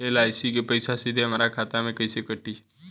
LIC के पईसा सीधे हमरा खाता से कइसे कटी?